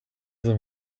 them